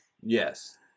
Yes